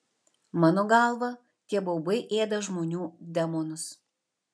mano galva tie baubai ėda žmonių demonus